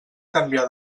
canviar